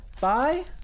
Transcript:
bye